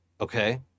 Okay